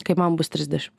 kai man bus trisdešim